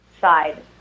side